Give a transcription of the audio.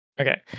Okay